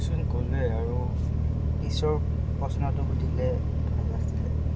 চোন ক'লে আৰু পিছৰ প্ৰশ্নটো সুধিলে ভাল আছিলে